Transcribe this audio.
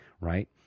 right